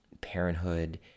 parenthood